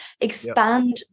expand